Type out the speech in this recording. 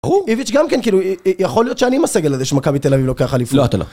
ברור? איביץ' גם כן, כאילו, יכול להיות שאני עם הסגל הזה של מכבי תל אביב לוקח אליפות. לא, אתה לא.